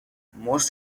most